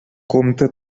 compte